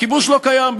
כיבוש לא קיים,